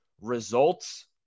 results